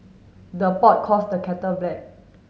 the pot calls the kettle black